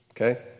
okay